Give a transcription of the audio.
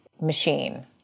machine